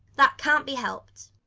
that can't be helped.